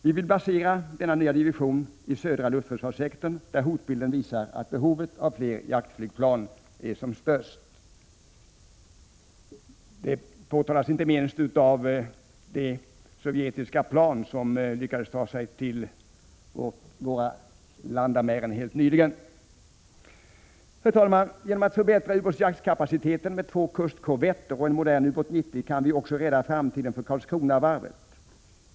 Vi vill basera denna nya division i södra luftförsvarssektorn där hotbilden visar att behovet av fler jaktflygplan är som störst. Det påvisas inte minst av de sovjetiska plan som lyckades ta sig till våra landamären helt nyligen. Herr talman! Genom att förbättra ubåtsjaktskapaciteten med två kustkorvetter och en modern ubåt 90 kan vi också rädda framtiden för Karlskronavarvet.